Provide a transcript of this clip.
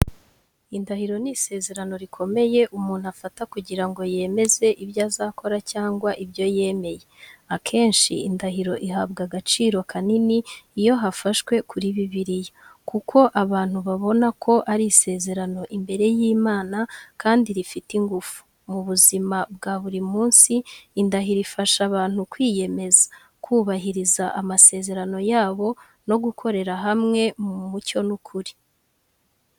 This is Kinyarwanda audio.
Indahiro ni isezerano rikomeye umuntu afata kugira ngo yemeze ibyo azakora cyangwa ibyo yemeye. Akenshi indahiro ihabwa agaciro kanini iyo hafashwe kuri Bibiliya, kuko abantu babona ko ari isezerano imbere y’Imana kandi rifite ingufu. Mu buzima bwa buri munsi, indahiro ifasha abantu kwiyemeza, kubahiriza amasezerano yabo no gukorera hamwe mu mucyo n’ukuri.